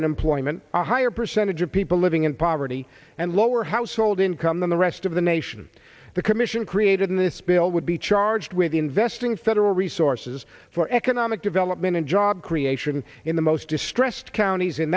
unemployment a higher percentage of people living in poverty and lower household income than the rest of the nation the commission created in this bill would be charged with investing federal resources for economic development and job creation in the most distressed counties in